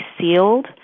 sealed